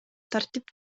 тартип